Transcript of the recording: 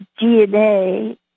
DNA